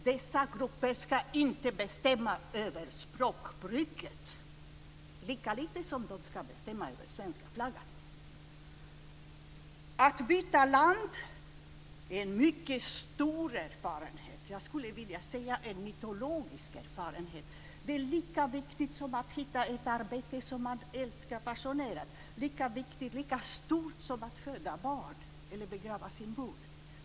Dessa grupper ska inte bestämma över språkbruket, lika lite som de ska bestämma över svenska flaggan. Att byta land är en mycket stor erfarenhet, jag skulle vilja säga en mytologisk erfarenhet. Den är lika viktig som att hitta ett arbete som man älskar passionerat, lika viktig och lika stor som att föda barn eller som att begrava sin mor.